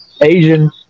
Asian